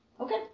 Okay